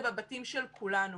זה בבתים של כולנו.